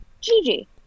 Gigi